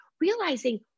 realizing